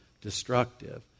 destructive